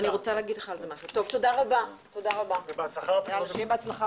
תודה רבה, שיהיה בהצלחה בבחירות.